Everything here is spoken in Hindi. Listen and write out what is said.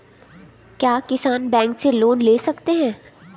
क्या किसान बैंक से लोन ले सकते हैं?